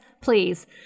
please